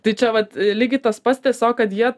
tai čia vat lygiai tas pats tiesiog kad jie